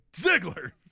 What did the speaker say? Ziggler